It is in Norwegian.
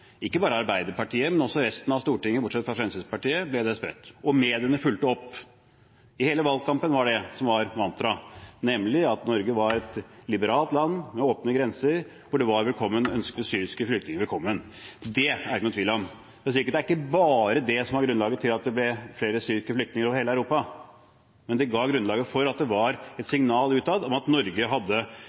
ikke bare i Arbeiderpartiet, men også i resten av Stortinget, bortsett fra Fremskrittspartiet. Og mediene fulgte opp. I hele valgkampen var det det som var mantraet, nemlig at Norge var et liberalt land med åpne grenser, hvor man ønsket syriske flyktninger velkommen. Det er det ikke noen tvil om. Det er sikkert ikke bare det som er grunnlaget for at det ble flere syriske flyktninger over hele Europa, men det ga et signal utad om at Norge hadde mer åpne grenser enn de hadde før Arbeiderpartiets vedtak – akkurat det